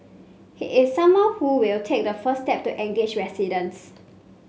he is someone who will take the first step to engage residents